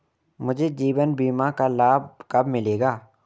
मुझे जीवन बीमा का लाभ कब मिलेगा?